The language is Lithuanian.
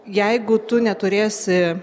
jeigu tu neturėsi